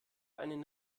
einen